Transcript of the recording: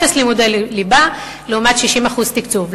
אפס לימודי ליבה, לעומת 60% תקצוב.